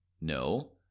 no